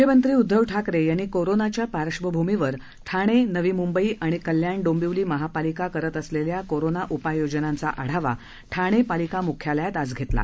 मुख्यमंत्री उद्धव ठाकर यिंनी कोरोनाच्या पार्श्वभूमीवर ठाणा मवी मुंबई आणि कल्याण डोंबिवली महापालिका करत असलल्या कोरोना उपाय योजनांचा आढावा ठाणप्रालिका मुख्यालयात घस्त्रला